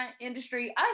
industry